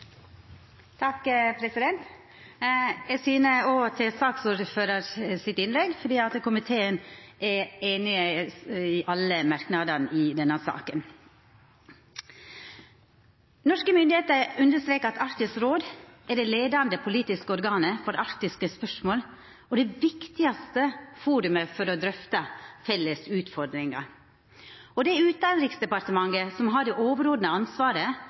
Eg syner òg til innlegget frå saksordføraren, då komiteen er samd i alle merknadene i denne saka. Norske myndigheiter understrekar at Arktisk råd er det leiande politiske organet for arktiske spørsmål og det viktigaste forumet for å drøfta felles utfordringar. Utanriksdepartementet har det overordna ansvaret for gjennomføringa og koordineringa av nordområdepolitikken, inkludert det